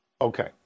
Okay